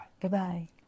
Goodbye